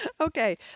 okay